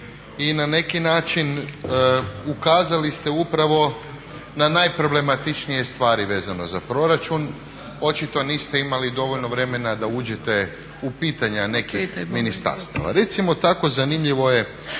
i na neki način ukazali ste upravo na najproblematičnije stvari vezano za proračun. Očito niste imali dovoljno vremena da uđete u pitanja nekih ministarstava. Recimo tako zanimljivo je